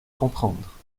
comprendre